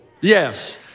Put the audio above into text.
Yes